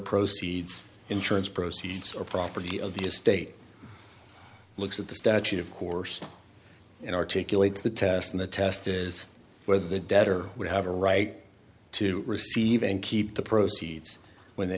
proceeds insurance proceeds or property of the estate looks at the statute of course and articulate the test and the test is whether the debtor would have a right to receive and keep the proceeds went t